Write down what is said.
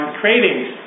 cravings